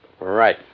Right